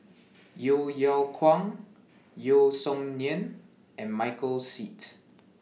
Yeo Yeow Kwang Yeo Song Nian and Michael Seet